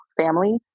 family